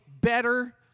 better